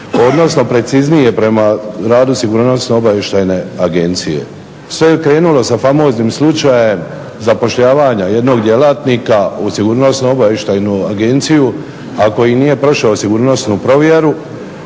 odnosno preciznije prema radu Sigurnosno-obavještajne agencije. Sve je krenulo sa famoznim slučajem zapošljavanja jednog djelatnika u Sigurnosno-obavještajnu agenciju, a koji nije prošao sigurnosnu provjeru